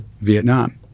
Vietnam